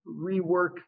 rework